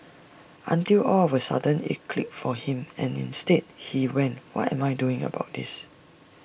until all of A sudden IT clicked for him and instead he went what am I doing about this